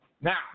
Now